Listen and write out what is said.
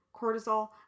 cortisol